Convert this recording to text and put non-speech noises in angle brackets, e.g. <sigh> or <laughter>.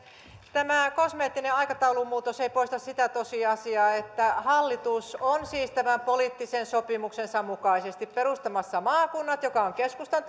tämä kosmeettinen aikataulumuutos ei poista sitä tosiasiaa että hallitus on siis tämän poliittisen sopimuksensa mukaisesti perustamassa maakunnat mikä on keskustan <unintelligible>